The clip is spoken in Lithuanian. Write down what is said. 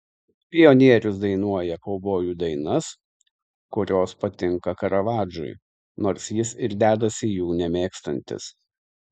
pionierius dainuoja kaubojų dainas kurios patinka karavadžui nors jis ir dedasi jų nemėgstantis